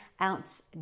ounce